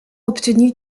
obtenu